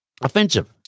offensive